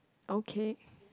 okay